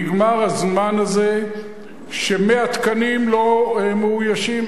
נגמר הזמן הזה ש-100 תקנים לא מאוישים.